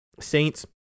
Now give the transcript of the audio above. Saints